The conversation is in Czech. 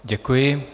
Děkuji.